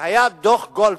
היה דוח-גולדסטון.